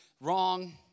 wrong